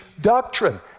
doctrine